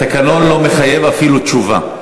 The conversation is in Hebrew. התקנון לא מחייב אפילו תשובה.